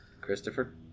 Christopher